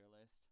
list